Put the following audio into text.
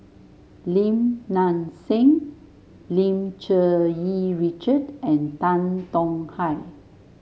Lim Nang Seng Lim Cherng Yih Richard and Tan Tong Hye